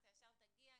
אתה ישר תגיע,